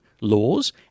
laws